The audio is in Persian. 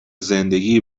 زندگی